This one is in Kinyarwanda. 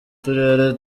turere